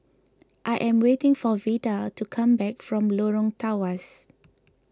I am waiting for Vida to come back from Lorong Tawas